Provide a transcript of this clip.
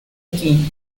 aquí